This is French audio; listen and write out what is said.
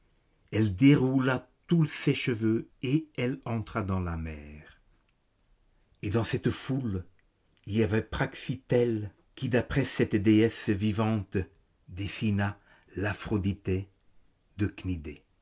elle déroula tous ses cheveux et elle entra dans la mer et dans cette foule il y avait praxitèle qui d'après cette déesse vivante dessina l'aphroditê de